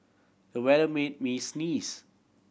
the weather made me sneeze